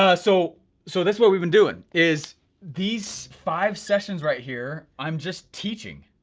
ah so so that's what we've been doing is these five sessions right here, i'm just teaching.